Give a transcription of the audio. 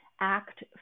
act